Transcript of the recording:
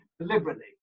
deliberately